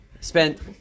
spent